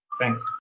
Thanks